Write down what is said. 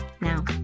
now